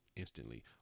Instantly